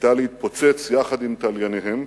היתה להתפוצץ יחד עם תלייניהם,